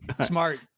smart